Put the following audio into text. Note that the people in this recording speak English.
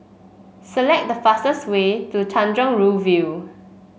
select the fastest way to Tanjong Rhu View